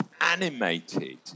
animated